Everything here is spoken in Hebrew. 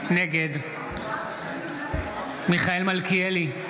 נגד מיכאל מלכיאלי,